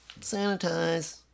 Sanitize